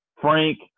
Frank